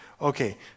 Okay